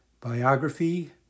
Biography